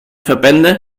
verbände